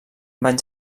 van